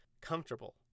comfortable